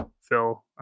Phil